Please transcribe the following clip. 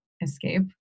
escape